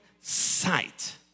sight